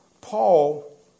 Paul